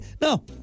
No